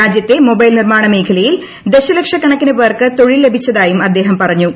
രാജ്യത്തെ മൊബൈൽ നിർമ്മാണ മേഖലയിൽ ദശലക്ഷക്കണക്കിന് പേർക്ക് തൊഴിൽ ലഭിച്ചതായും അദ്ദേഹം പ്രറഞ്ഞു